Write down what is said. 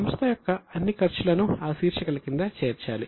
సంస్థ యొక్క అన్ని ఖర్చులను ఆ శీర్షికల కింద చేర్చాలి